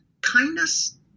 kindness